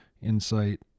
insight